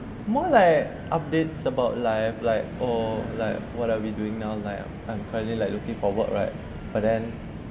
more like updates about live like or like what are we doing now like I'm finally looking for work right but then